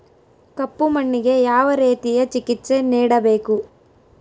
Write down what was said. ಕಪ್ಪು ಮಣ್ಣಿಗೆ ಯಾವ ರೇತಿಯ ಚಿಕಿತ್ಸೆ ನೇಡಬೇಕು?